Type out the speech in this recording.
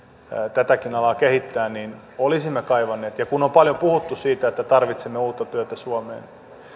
tätäkin alaa kehittää niin olisimme niitä kaivanneet ja kun on paljon puhuttu siitä että tarvitsemme uutta työtä suomeen